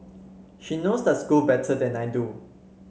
she knows the school better than I do